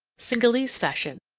cingalese fashion,